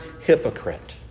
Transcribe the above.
hypocrite